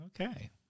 Okay